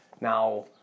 Now